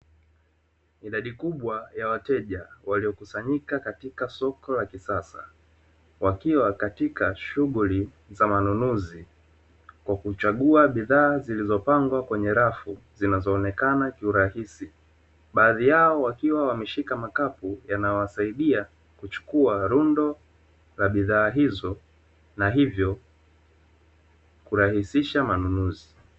Idadi kubwa ya wateja wamekusanyika katika soko la kisasa wakiwa kwenye shughuli za manunuzi, wakichagua bidhaa mbalimbali zilizopangwa kwenye rafu zinazoonekana kwa urahisi. Baadhi yao wanatumia makapu maalumu ambayo yanawasaidia kubeba bidhaa walizochagua, jambo linalorahisisha ununuzi wao.